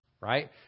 right